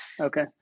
Okay